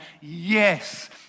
Yes